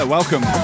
Welcome